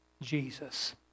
Jesus